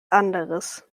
anderes